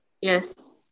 Yes